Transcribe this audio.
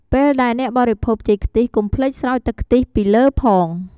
ពេលដែលអ្នកបរិភោគចេកខ្ទិះ កុំភ្លេចស្រោចទឺកខ្ទិះពីលើផង។